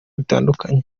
bitandukanye